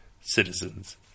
citizens